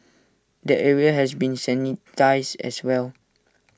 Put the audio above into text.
the area has been sanitised as well